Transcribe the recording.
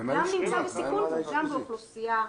גם נמצא בסיכון וגם באוכלוסייה.